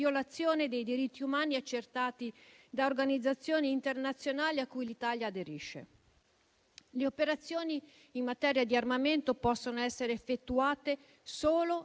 dei diritti umani accertate da organizzazioni internazionali a cui l'Italia aderisce. Le operazioni in materia di armamento possono essere effettuate solo